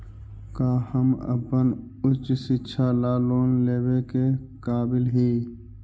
का हम अपन उच्च शिक्षा ला लोन लेवे के काबिल ही?